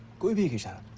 guruji? ah